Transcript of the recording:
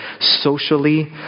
socially